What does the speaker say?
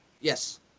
Yes